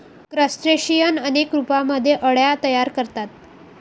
crustacean अनेक रूपांमध्ये अळ्या तयार करतात